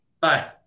bye